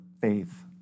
faith